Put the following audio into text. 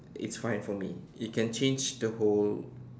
it's fine for me it can change the whole